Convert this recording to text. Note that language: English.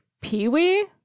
Pee-wee